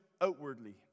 outwardly